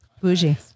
bougie